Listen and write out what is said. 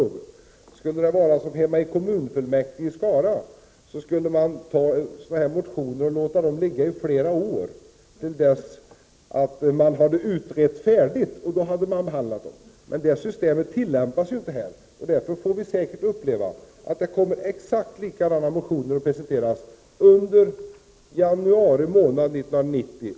Om det skulle vara som det är i kommunfullmäktige hemma i Skara skulle sådana här motioner få ligga i flera år till dess utredningarna var färdiga, och då hade man behandlat dem. Det systemet tillämpas inte här, och därför får vi säkert uppleva att exakt likadana motioner kommer att presenteras under januari 1990.